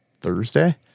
Thursday